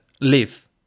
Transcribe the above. live